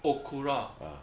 okura